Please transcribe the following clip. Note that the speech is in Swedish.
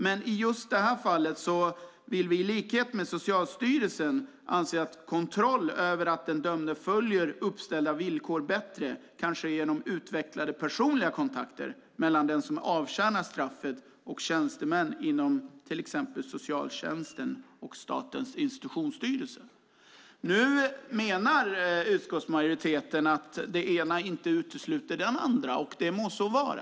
Men i just det här fallet anser vi i likhet med Socialstyrelsen att kontroll av att den dömde bättre följer uppställda villkor bättre kan ske genom utvecklade personliga kontakter mellan den som avtjänar straffet och tjänstemän till exempel inom socialtjänsten och hos Statens institutionsstyrelse. Utskottsmajoriteten menar att det ena inte utesluter det andra, och det må så vara.